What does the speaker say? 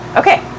okay